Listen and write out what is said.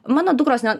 mano dukros ne